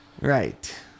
right